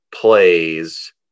plays